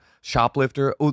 shoplifter